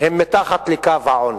הם מתחת לקו העוני,